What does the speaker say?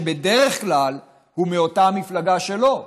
שבדרך כלל הוא מאותה מפלגה שלו,